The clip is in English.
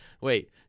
wait